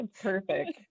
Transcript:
perfect